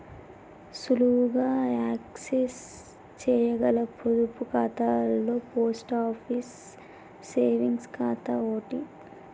సులువుగా యాక్సెస్ చేయగల పొదుపు ఖాతాలలో పోస్ట్ ఆఫీస్ సేవింగ్స్ ఖాతా ఓటి